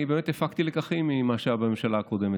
אני באמת הפקתי לקחים ממה שהיה בממשלה הקודמת.